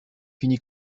finit